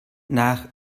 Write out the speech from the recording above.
nach